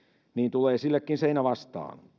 tulee sillekin seinä vastaan